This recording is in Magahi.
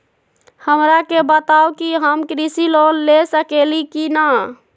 हमरा के बताव कि हम कृषि लोन ले सकेली की न?